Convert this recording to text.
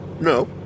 No